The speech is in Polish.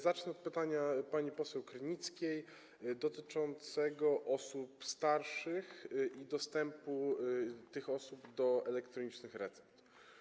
Zacznę od pytania pani poseł Krynickiej dotyczącego osób starszych i dostępu tych osób do elektronicznych recept.